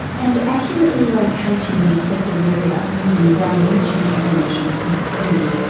and accurately locating the affected area using brain imaging technology is key.